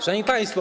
Szanowni Państwo!